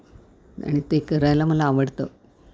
आणि ते करायला मला आवडतं